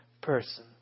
person